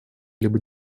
либо